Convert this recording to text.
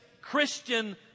Christian